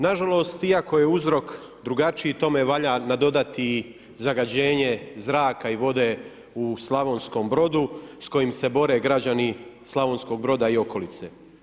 Nažalost iako je uzrok drugačiji, tome valja nadodati zagađenje zraka i vode u Slavonskom Brodu s kojim se bore građani Slavonskog Broda i okolice.